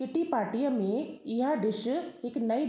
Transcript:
किटी पाटीअ में इहा डिश हिक नई